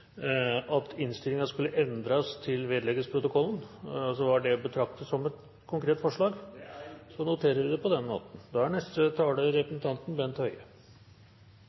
at man endrer innstillingen til at forslaget til vedtak vedlegges protokollen? Var det å betrakte som et konkret forslag? Det er riktig. Så noterer vi det på den måten. Det er